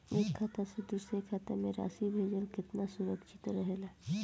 एक खाता से दूसर खाता में राशि भेजल केतना सुरक्षित रहेला?